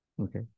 Okay